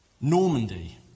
Normandy